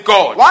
God